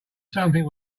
something